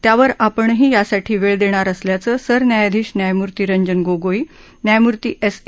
त्यावर आपणही यासाठी वेळ देणार असल्याचं सरन्यायाधीश न्यायमूर्ती रंजन गोगोई न्यायमूर्ती एस ए